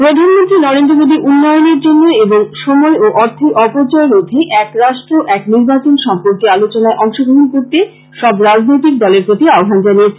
প্রধানমন্ত্রী নরেন্দ্র মোদী উন্নয়নের জন্য এবং সময় ও অর্থের অপচয় রোধে এক রাষ্ট্র এক নির্বাচন সম্পর্কে আলোচনায় অংশ গ্রহণ করতে সব রাজনৈতিক দলের প্রতি আহ্বান জানিয়েছেন